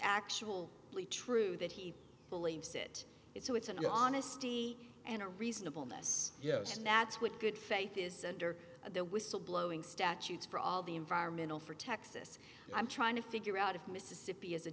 really true that he believes it it's so it's an honesty and a reasonable miss yes and that's what good faith is center of the whistle blowing statutes for all the environmental for texas i'm trying to figure out of mississippi is a